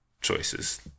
choices